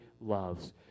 loves